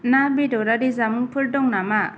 ना बेदरारि जामुंफोर दं नामा